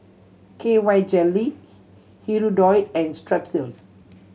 K Y Jelly Hirudoid and Strepsils